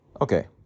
Okay